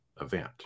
event